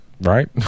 Right